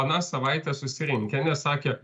aną savaitę susirinkę nes sakė